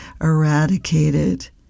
eradicated